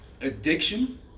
Addiction